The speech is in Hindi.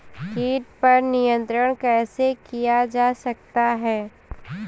कीट पर नियंत्रण कैसे किया जा सकता है?